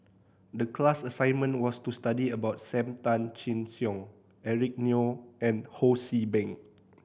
the class assignment was to study about Sam Tan Chin Siong Eric Neo and Ho See Beng